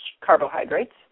carbohydrates